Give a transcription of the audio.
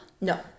no